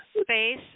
space